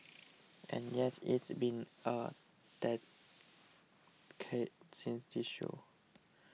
and yes it's been a decade since this show